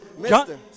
Mr